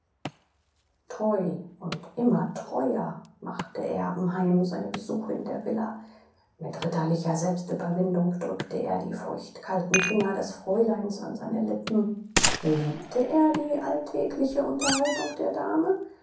treu und immer treuer machte erbenheim seine besuche in der villa mit ritterlicher selbstüberwindung drückte er die feuchtkalten finger des fräuleins an seine lippen liebte er die alltägliche unterhaltung der dame